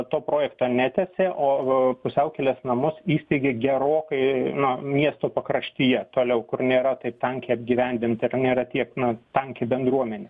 to projekto netęsė o pusiaukelės namus įsteigė gerokai na miesto pakraštyje toliau kur nėra taip tankiai apgyvendinta ir nėra tiek na tanki bendruomenė